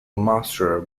master